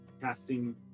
casting